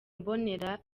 mbonera